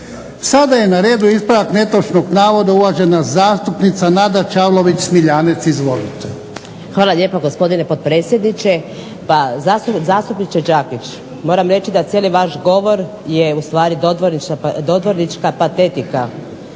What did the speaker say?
Sada je na redu ispravak netočnog navoda uvažena zastupnica Nada Čavlović Smiljanec. Izvolite. **Čavlović Smiljanec, Nada (SDP)** Hvala lijepa gospodine potpredsjedniče. Pa zastupniče Đakić, moram reći da cijeli vaš govor je u stvari dodvornička patetika